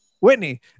Whitney